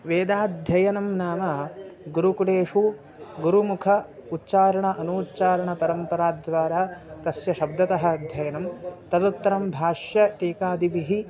वेदाध्ययनं नाम गुरुकुलेषु गुरुमुख उच्चारण अनूच्चारणपरम्पराद्वारा तस्य शब्दतः अध्ययनं तदुत्तरं भाष्यटीकादिभिः